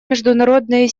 международные